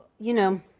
you know,